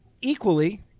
equally